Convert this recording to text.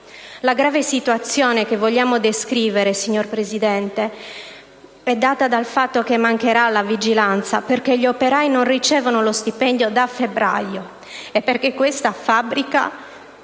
La grave situazione che vogliamo descrivere, signora Presidente, è data dal fatto che mancherà la vigilanza, perché gli operai non ricevono lo stipendio da febbraio e perché questa fabbrica